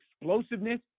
explosiveness